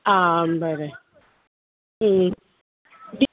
आं बरें